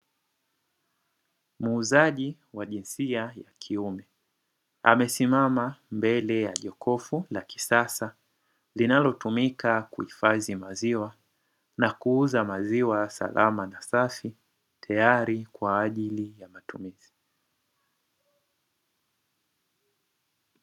Muuzaji wa jinsia ya kiume amesimama mbele ya jokofu la kisasa, linalotumika kuhifadhi maziwa na kuuza maziwa salama na safi tayari kwa ajili ya matumizi.